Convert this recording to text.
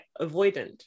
avoidant